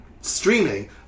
streaming